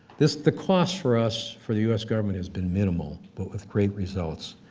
this, the cost for us, for the us government has been minimal, but with great results.